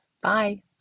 Bye